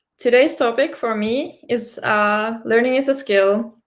today's topic from me is ah learning is a skill,